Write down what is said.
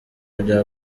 bya